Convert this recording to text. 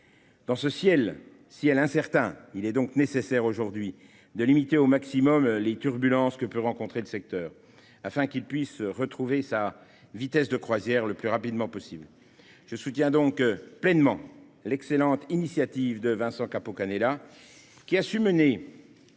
Dans ce ciel incertain, il est nécessaire de limiter au maximum les turbulences que rencontre le secteur, afin qu'il retrouve sa vitesse de croisière le plus rapidement possible. Je soutiens donc pleinement l'excellente initiative de Vincent Capo-Canellas, qui a su mener